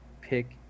pick